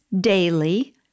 daily